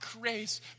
grace